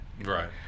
Right